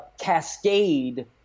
cascade